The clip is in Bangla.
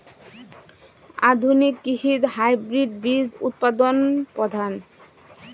আধুনিক কৃষিত হাইব্রিড বীজ উৎপাদন প্রধান